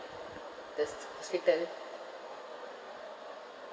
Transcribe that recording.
the s~ scooter